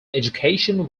education